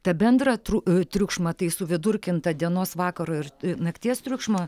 tą bendrą tru triukšmą tai suvidurkintą dienos vakaro ir nakties triukšmo